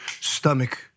stomach